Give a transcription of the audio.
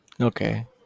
okay